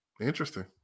Interesting